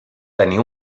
tenir